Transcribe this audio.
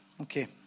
Okay